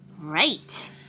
Right